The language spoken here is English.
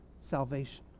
salvation